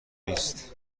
نیست